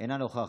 אינה נוכחת.